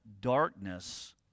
darkness